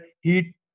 heat